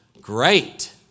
Great